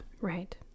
Right